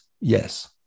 Yes